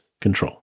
control